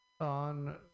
on